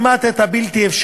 כמעט את הבלתי-אפשרי,